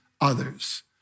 others